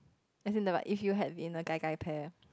as in the but if you have in a Gai-Gai pair